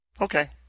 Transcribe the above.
okay